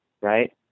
right